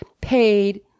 paid